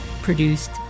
Produced